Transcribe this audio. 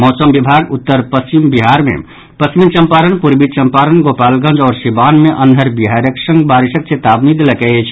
मौसम विभाग उत्तर पश्चिम बिहार मे पश्चिम चम्पारण पूर्वी चम्पारण गोपालगंज आओर सीवान मे अन्हर बिहारिक संग बारिशक चेतावनी देलक अछि